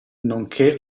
nonché